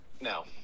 No